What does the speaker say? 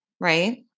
right